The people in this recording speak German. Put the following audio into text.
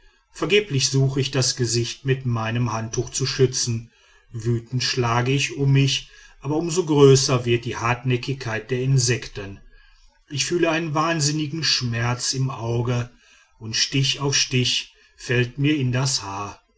vergeblich suche ich das gesicht mit meinem handtuch zu schützen wütend schlage ich um mich aber um so größer wird die hartnäckigkeit der insekten ich fühle einen wahnsinnigen schmerz im auge und stich auf stich fällt mir in das haar